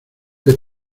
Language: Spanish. les